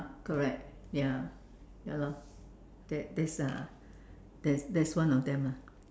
correct ya ya lor that's that's uh that's that's one of them lah